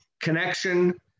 connection